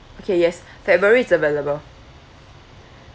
okay yes february is available